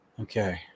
Okay